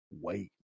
wait